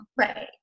Right